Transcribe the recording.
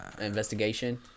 investigation